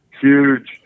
huge